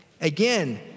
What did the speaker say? again